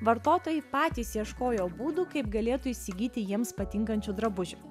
vartotojai patys ieškojo būdų kaip galėtų įsigyti jiems patinkančių drabužių